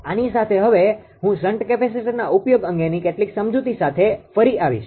આની સાથે હવે હું શન્ટ કેપેસીટરના ઉપયોગ અંગેની કેટલીક સમજૂતી સાથે ફરી આવીશ